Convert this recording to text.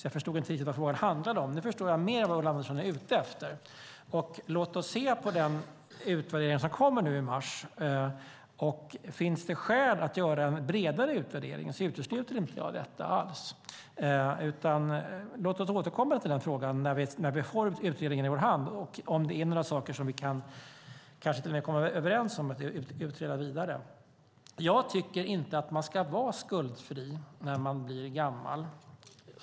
Jag förstod inte riktigt vad frågan handlade om. Nu förstår jag mer vad Ulla Andersson är ute efter. Låt oss se på den utvärdering som kommer nu i mars. Finns det skäl att göra en bredare utvärdering utesluter jag inte alls detta. Låt oss återkomma till den frågan när vi har utredningen i vår hand och se om det är några saker som vi kanske till och med kan komma överens om att utreda vidare. Jag tycker inte att man ska vara skuldfri när man blir gammal.